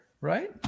right